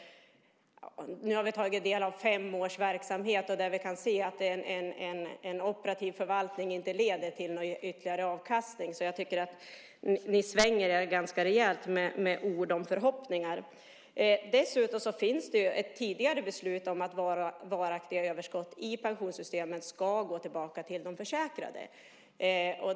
Nu har vi tagit del av fem års verksamhet, och vi kan se att en operativ förvaltning inte leder till någon ytterligare avkastning. Jag tycker att ni svänger er ganska rejält med ord och förhoppningar. Dessutom finns det ett tidigare beslut om att varaktiga överskott i pensionssystemet ska gå tillbaka till de försäkrade.